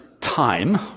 time